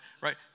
right